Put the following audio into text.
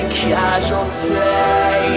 casualty